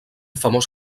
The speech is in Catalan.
famós